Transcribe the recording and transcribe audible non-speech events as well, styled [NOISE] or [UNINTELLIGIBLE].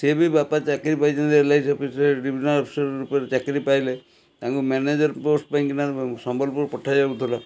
ସିଏ ବି ବାପା ଚାକିରି ପାଇଛନ୍ତି ଏଲ୍ ଆଇ ସି ଅଫିସରେ ଡିଭିଜିନାଲ୍ [UNINTELLIGIBLE] ରୂପରେ ଚାକିରି ପାଇଲେ ତାଙ୍କୁ ମ୍ୟାନେଜର ପୋଷ୍ଟ ପାଇଁକିନା ସମ୍ବଲପୁର ପଠାଯାଉଥିଲା